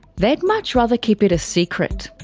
they'd much rather keep it a secret.